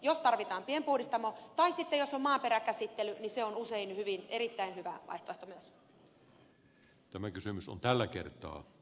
jos tarvitaan pienpuhdistamo tai sitten jos on maaperäkäsittely niin se on usein erittäin hyvä vaihtoehto myös